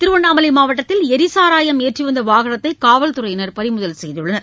திருவண்ணாமலை மாவட்டத்தில் எரி சாராயம் ஏற்றி வந்த வாகனத்தை காவல்துறையினா் பறிமுதல் செய்துள்ளன்